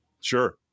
sure